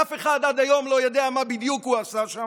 שאף אחד עד היום לא יודע מה בדיוק הוא עשה שם.